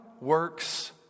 works